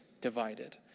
divided